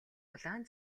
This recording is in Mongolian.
улаан